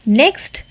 next